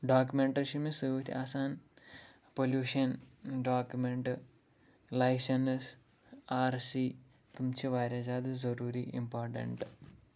document چھِ مےٚ آسان pollution document licence R C تِم چھِ واریاہ زیادٕ ضُروٗری اِمپاٹَنٛٹ